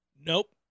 Nope